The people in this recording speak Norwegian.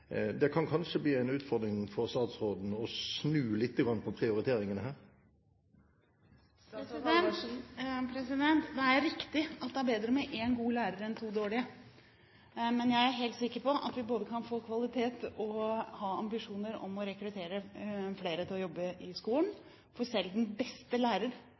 Det kan kanskje bli en utfordring for statsråden å snu litt på prioriteringene her. Det er riktig at det er bedre med én god lærer enn to dårlige, men jeg er helt sikker på at vi både kan få kvalitet og ha ambisjoner om å rekruttere flere til å jobbe i skolen. Selv de beste